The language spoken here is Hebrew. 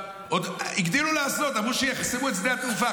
הגדילו לעשות, אמרו שיחסמו את שדה התעופה.